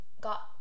got